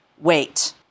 wait